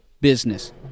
business